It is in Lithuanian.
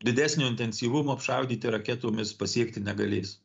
didesnio intensyvumo apšaudyti raketomis pasiekti negalės